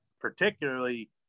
particularly